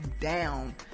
down